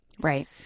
right